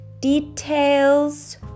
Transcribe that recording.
details